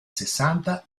sessanta